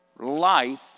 Life